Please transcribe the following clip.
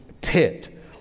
pit